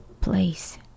place